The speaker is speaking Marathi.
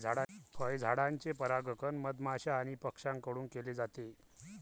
फळझाडांचे परागण मधमाश्या आणि पक्ष्यांकडून केले जाते